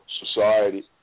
society